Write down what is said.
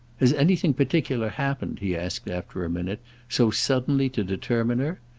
has anything particular happened, he asked after a minute so suddenly to determine her?